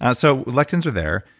ah so lectins are there.